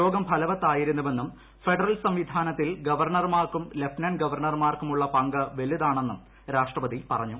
യോഗം ഫലവത്തായിരുന്നുവെന്നും ഫെഡറൽ സംവിധാനത്തിൽ ഗവർണർമാർക്കും ലഫ്റ്റനന്റ് ഗവർണർമാർക്കുമുള്ള പങ്ക് വലുതാണെന്നും രാഷ്ട്രപതി പറഞ്ഞു